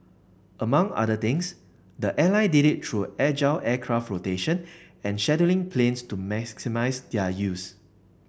among other things the airline did it through agile aircraft rotation and scheduling planes to maximise their use